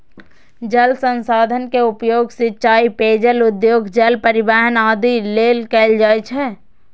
जल संसाधन के उपयोग सिंचाइ, पेयजल, उद्योग, जल परिवहन आदि लेल कैल जाइ छै